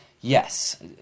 Yes